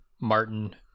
Martin